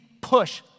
push